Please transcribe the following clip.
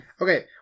Okay